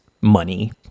money